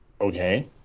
Okay